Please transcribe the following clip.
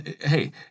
hey